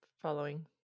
following